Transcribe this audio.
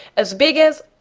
as big as?